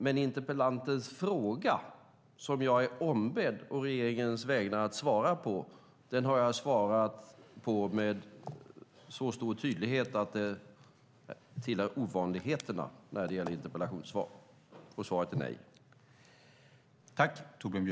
Men interpellantens fråga som jag är ombedd å regeringens vägnar att svara på har jag svarat på med så stor tydlighet att det hör till ovanligheterna när det gäller interpellationssvar, och svaret är: Nej.